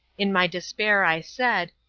in my despair i said,